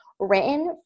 Written